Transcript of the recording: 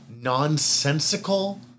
nonsensical